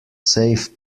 safe